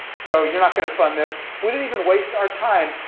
so you're not going to fund this. we didn't even waste our time,